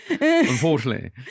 unfortunately